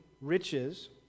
riches